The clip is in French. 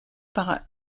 par